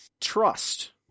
trust